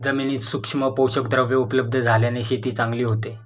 जमिनीत सूक्ष्म पोषकद्रव्ये उपलब्ध झाल्याने शेती चांगली होते